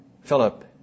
Philip